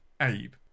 Abe